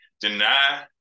deny